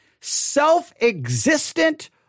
self-existent